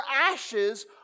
ashes